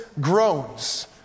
groans